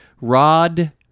Rod